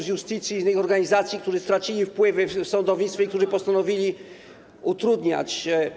z Iustitia i innych organizacji, którzy stracili wpływy w sądownictwie i którzy postanowili utrudniać.